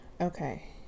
Okay